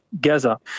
Gaza